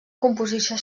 composició